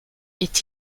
est